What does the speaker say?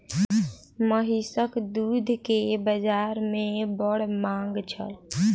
महीसक दूध के बाजार में बड़ मांग छल